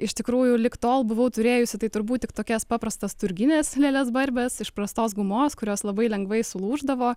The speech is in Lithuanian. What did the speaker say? iš tikrųjų lig tol buvau turėjusi tai turbūt tik tokias paprastas turgines lėles barbes iš prastos gumos kurios labai lengvai sulūždavo